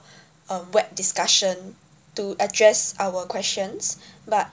uh web discussion to address our questions but